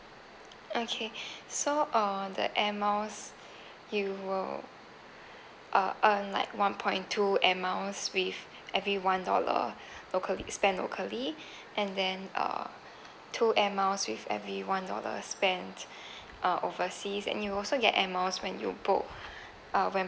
okay so on the airmiles you will uh earn like one point two airmiles with every one dollar locally spent locally and then uh two airmiles with every one dollar spent uh overseas and you also get airmiles when you book uh when